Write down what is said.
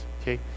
Okay